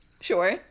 Sure